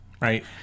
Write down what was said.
Right